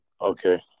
okay